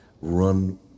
run